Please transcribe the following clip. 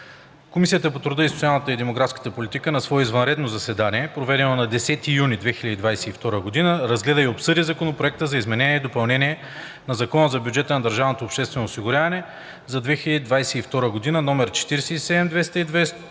Комисията по труда, социалната и демографската политика на свое извънредно заседание, проведено на 10 юни 2022 г., разгледа и обсъди Законопроект за изменение и допълнение на Закона за бюджета на държавното обществено осигуряване за 2022 г., № 47